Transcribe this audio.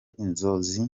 inzozi